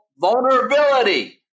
vulnerability